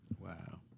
Wow